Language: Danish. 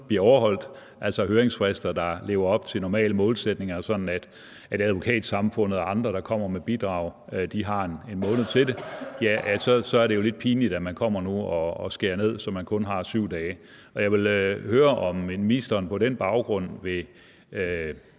bliver overholdt, altså høringsfrister, der lever op til normale målsætninger, sådan at Advokatsamfundet og andre, der kommer med bidrag, har 1 måned til det, så er det jo lidt pinligt, at man kommer nu og skærer ned, så de kun har 7 dage. Jeg vil høre, om ministeren på den baggrund vil